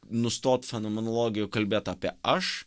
nustot fenomenologijoj kalbėt apie aš